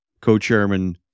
co-chairman